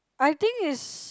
I think is